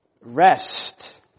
rest